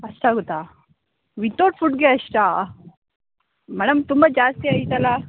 ಅಷ್ಟಾಗುತ್ತ without ಫುಡ್ಡಿಗೆ ಅಷ್ಟಾ madam ತುಂಬ ಜಾಸ್ತಿ ಆಯ್ತಲ್ಲ